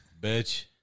Bitch